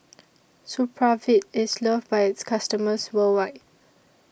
Supravit IS loved By its customers worldwide